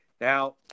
now